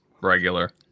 regular